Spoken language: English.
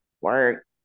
work